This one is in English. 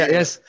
Yes